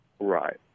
Right